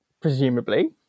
Presumably